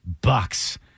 bucks